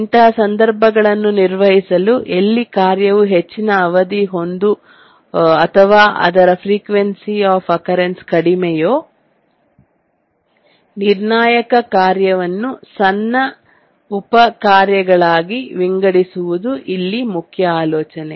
ಇಂತಹ ಸಂದರ್ಭಗಳನ್ನು ನಿರ್ವಹಿಸಲು ಎಲ್ಲಿ ಕಾರ್ಯವು ಹೆಚ್ಚಿನ ಅವಧಿ ಹೊಂದು ಅಥವಾ ಅದರ ಫ್ರಿಕ್ವೆನ್ಸಿ ಅಫ್ ಆಕರೆಂಸ್ ಕಡಿಮೆಯೋ ನಿರ್ಣಾಯಕ ಕಾರ್ಯವನ್ನು ಸಣ್ಣ ಉಪ ಕಾರ್ಯಗಳಾಗಿ ವಿಂಗಡಿಸುವುದು ಇಲ್ಲಿ ಮುಖ್ಯ ಆಲೋಚನೆ